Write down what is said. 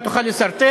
אם תוכל לסרטט,